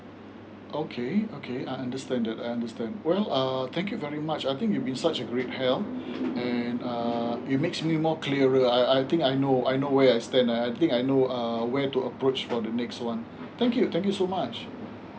okay okay I understand that I understand well err thank you very much I think you have been such a great help and uh it makes me more clearer I I think I know I know where I stand I think I know uh went to approach for the next one thank you thank you so much